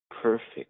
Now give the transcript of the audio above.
perfect